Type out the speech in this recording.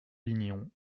lignon